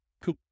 Cool